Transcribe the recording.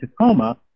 Tacoma